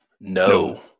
no